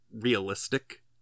realistic